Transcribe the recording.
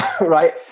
right